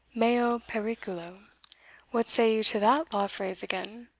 meo periculo what say you to that law phrase again?